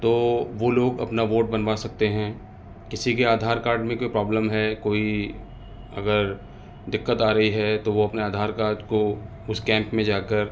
تو وہ لوگ اپنا ووٹ بنوا سکتے ہیں کسی کے آدھار کارڈ میں کوئی پرابلم ہے کوئی اگر دقت آ رہی ہے تو وہ اپنے آدھار کارڈ کو اس کیمپ میں جا کر